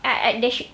ah they should